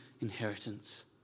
inheritance